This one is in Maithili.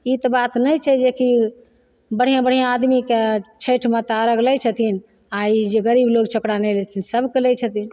ई तऽ बात नहि छै जे कि बढ़िआँ बढ़िआँ आदमीके छैठ माता लेथिन आओर ई जे गरीब लोग छै ओकरा नहि लेथिन सबके लै छथिन